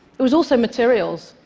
it was also materials.